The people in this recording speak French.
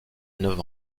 neuf